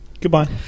goodbye